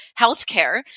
healthcare